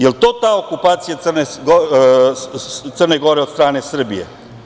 Da li je to ta okupacija Crne Gore od strane Srbije?